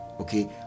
Okay